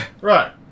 Right